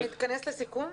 אתה מתכנס לסיכום?